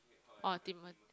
oh Timothy